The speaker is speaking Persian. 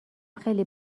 خیلی